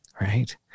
right